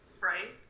Right